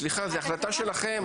זו החלטה שלכם.